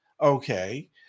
Okay